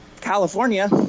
California